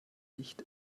nicht